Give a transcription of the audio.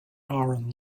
aaron